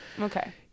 Okay